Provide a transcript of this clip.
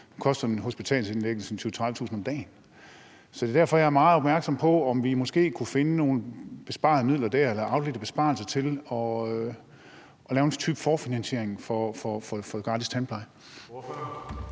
Nu koster en hospitalsindlæggelse 20.000-30.000 kr. om dagen. Det er derfor, jeg er meget opmærksom på, om vi måske kunne finde nogle afledte besparelser der til at lave en type forfinansiering af gratis tandpleje.